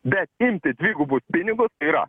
bet imti dvigubus pinigus tai yra